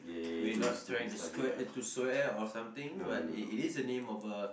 we're not trying to square eh to swear or something but it it is a name of a